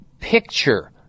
picture